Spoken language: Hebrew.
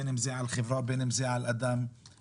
בין אם זה על חברה בין אם זה על אדם פרטי,